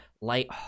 light